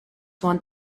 want